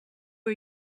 are